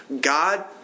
God